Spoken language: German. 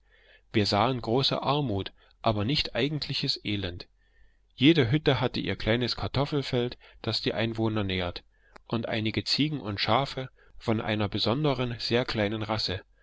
wir sahen große armut aber nicht eigentliches elend jede hütte hat ihr kleines kartoffelfeld das die einwohner nährt und einige ziege und schafe von einer besonderen sehr kleinen rasse